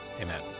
Amen